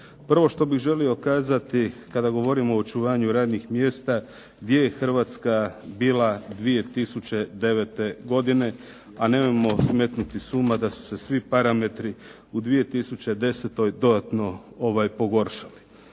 Prvo što bih želio kazati kada govorimo o očuvanju radnih mjesta gdje je Hrvatska bila 2009. godine, a nemojmo smetnuti s uma da su se svi parametri u 2010. dodatno pogoršali.